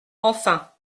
enfin